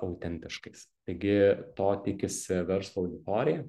autentiškais taigi to tikisi verslo auditorija